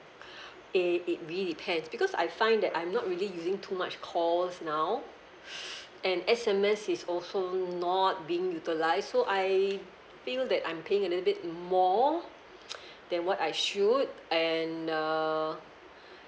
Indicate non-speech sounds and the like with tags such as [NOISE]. [BREATH] it it be depends because I find that I'm not really using too much calls now [BREATH] and S_M_S is also not being utilised so I feel that I'm paying in a little bit more [NOISE] than what I should and uh